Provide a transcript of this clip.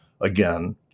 Again